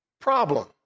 Problem